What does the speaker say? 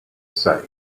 same